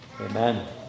Amen